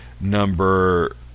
number